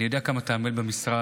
אני יודע כמה אתה עמל במשרד,